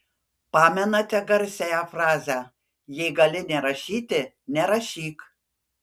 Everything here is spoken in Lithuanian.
pamenate garsiąją frazę jei gali nerašyti nerašyk